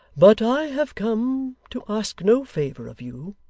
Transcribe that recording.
but i have come to ask no favour of you,